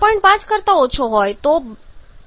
5 કરતા ઓછો હોય તો 12